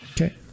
Okay